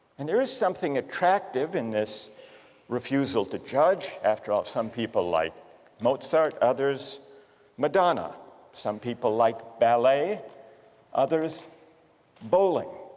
and there is something attractive in this refusal to judge, after all some people like mozart, others madonna some people like ballet others bowling,